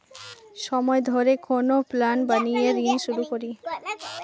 সময় ধরে কোনো প্ল্যান বানিয়ে ঋন শুধ করি